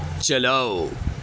چلاؤ